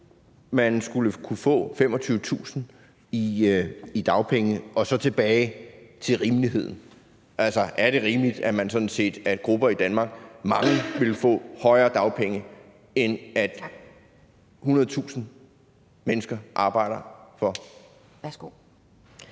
man skulle kunne få 25.000 kr. i dagpenge? Og så tilbage til rimeligheden: Altså, er det rimeligt, at man i mange grupper i Danmark vil få højere dagpenge end det, som hundrede tusinde mennesker arbejder for? Kl.